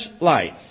life